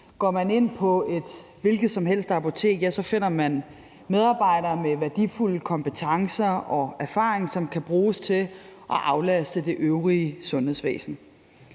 Går man ind på et hvilket som helst apotek, finder man medarbejdere med værdifulde kompetencer og erfaring, som kan bruges til at aflaste det øvrige sundhedsvæsen.